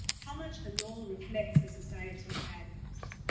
how much the law reflects a society's values.